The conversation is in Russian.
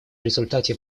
результате